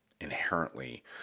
inherently